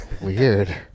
Weird